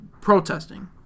protesting